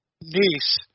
niece